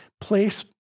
place